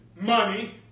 money